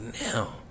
now